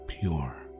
pure